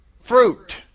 fruit